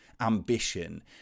ambition